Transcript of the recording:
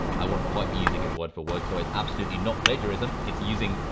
i won't quite be using it word-for-word. so, it's absolutely not plagiarism. it's using,